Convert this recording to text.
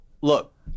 look